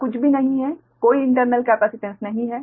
तो कुछ भी नहीं है कोई आंतरिक कैपेसिटेंस नहीं है